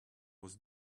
was